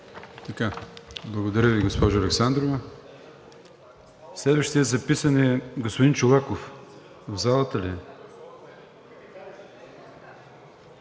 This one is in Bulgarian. Благодаря Ви, госпожо Александрова. Следващият записан е господин Чолаков. В залата ли